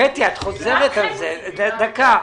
את חוזרת על הדברים.